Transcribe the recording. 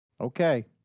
Okay